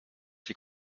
die